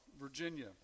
Virginia